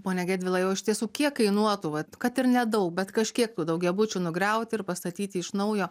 pone gedvilai o iš tiesų kiek kainuotų vat kad ir nedaug bet kažkiek tų daugiabučių nugriaut ir pastatyti iš naujo